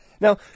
Now